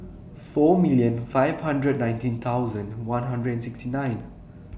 four million five hundred nineteen thousand one hundred sixty nine